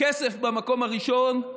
כסף במקום הראשון,